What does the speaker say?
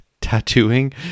tattooing